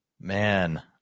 Man